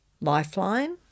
Lifeline